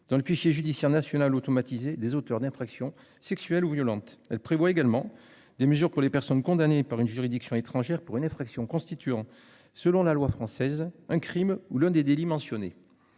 dans le fichier judiciaire national automatisé des auteurs d'infractions sexuelles ou violentes. Elle prévoit également des mesures pour les personnes condamnées par une juridiction étrangère pour une infraction constituant selon la loi française, un Crime ou l'un des délits mentionnés.